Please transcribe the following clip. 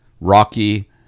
Rocky